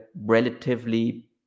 relatively